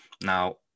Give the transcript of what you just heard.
Now